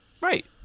Right